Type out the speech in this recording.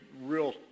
real